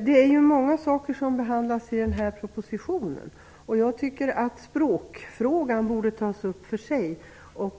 Herr talman! Det är många saker som behandlas i den aktuella propositionen. Jag tycker att språkfrågan borde tas upp för sig.